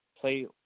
play